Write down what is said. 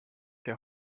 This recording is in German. der